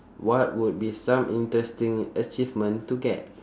what would be some interesting achievement to get